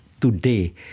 today